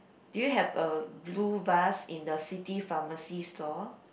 do you have a blue bus in the city pharmacy store